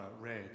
red